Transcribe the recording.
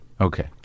Okay